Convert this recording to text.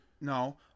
No